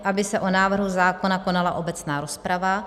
I. aby se o návrhu zákona konala obecná rozprava;